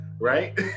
right